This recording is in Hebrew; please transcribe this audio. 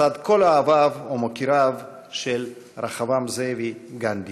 לצד כל אוהביו ומוקיריו של רחבעם זאבי גנדי.